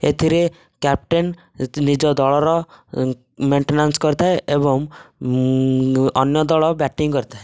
ଏଥିରେ କ୍ୟାପଟେନ୍ ନିଜ ଦଳର ମେଣ୍ଟେନାନ୍ସ୍ କରିଥାଏ ଏବଂ ଅନ୍ୟ ଦଳ ବ୍ୟାଟିଂ କରିଥାଏ